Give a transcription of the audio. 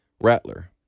Rattler